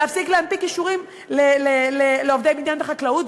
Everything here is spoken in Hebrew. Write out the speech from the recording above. להפסיק להנפיק אישורים לעובדי בניין וחקלאות,